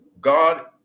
God